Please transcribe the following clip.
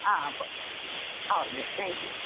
आं ब okay thank you